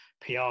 PR